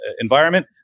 environment